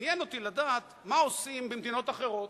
עניין אותי לדעת מה עושים במדינות אחרות.